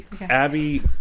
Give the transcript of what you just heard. Abby